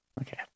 Okay